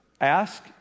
ask